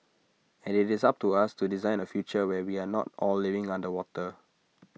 and IT is up to us to design A future where we are not all living underwater